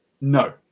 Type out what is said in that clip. No